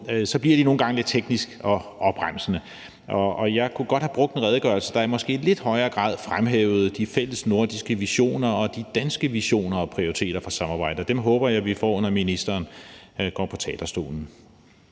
ministerråd, nogle gange bliver lidt tekniske og opremsende. Og jeg kunne godt have brugt en redegørelse, der måske i lidt højere grad fremhævede de fælles nordiske visioner og de danske visioner og prioriteter for samarbejdet. Dem håber jeg vi får, når ministeren går på talerstolen.